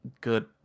good